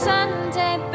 Sunday